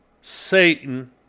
Satan